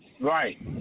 Right